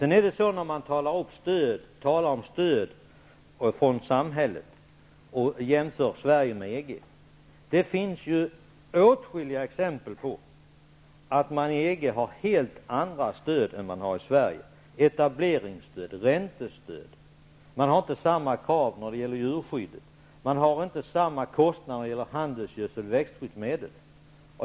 När man talar om stöd från samhället och jämför Sverige med EG finns det åtskilliga exempel på att EG-länderna har helt andra stöd än Sverige. De har etableringsstöd och räntestöd. De har inte samma krav när det gäller djurskyddet. De har inte samma kostnader när det gäller handelsgödsel och växtskyddsmedel.